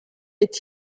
est